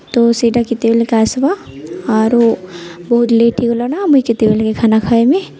ତ ସେଟା କେତେବେଲ୍କେ ଆସ୍ବା ଆରୁ ବହୁତ୍ ଲେଟ୍ ହେଇଗଲାନା ମୁଇଁ କେତେବେଲ୍କେ ଖାନା ଖାଏମି